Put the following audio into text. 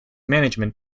management